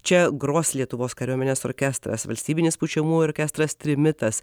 čia gros lietuvos kariuomenės orkestras valstybinis pučiamųjų orkestras trimitas